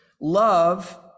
Love